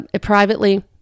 privately